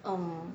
um